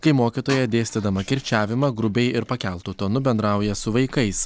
kai mokytoja dėstydama kirčiavimą grubiai ir pakeltu tonu bendrauja su vaikais